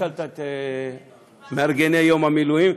הצלת את מארגני יום המילואים.